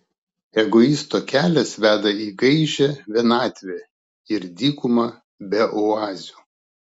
egoisto kelias veda į gaižią vienatvę ir dykumą be oazių